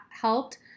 helped